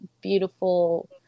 beautiful